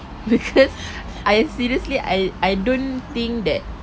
because I seriously I I don't think that